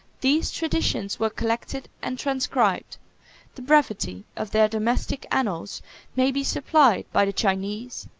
these traditions were collected and transcribed the brevity of their domestic annals may be supplied by the chinese,